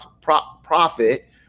profit